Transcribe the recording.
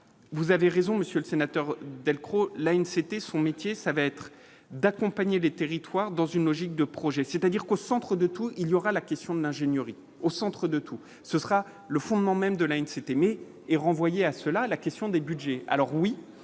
vous avez raison, Monsieur le Sénateur Delcros Line, c'était son métier, ça va être d'accompagner les territoires dans une logique de projet, c'est dire qu'au centre de tout, il y aura la question de l'ingénieur au centre de tout, ce sera le fondement même de la c'est aimer et renvoyé à cela, la question des Budgets,